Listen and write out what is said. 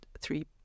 three